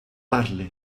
parle